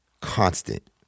constant